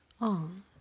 on